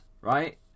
Right